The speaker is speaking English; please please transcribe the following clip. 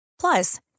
Plus